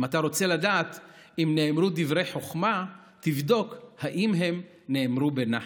אם אתה רוצה לדעת אם נאמרו דברי חוכמה תבדוק אם הם נאמרו בנחת.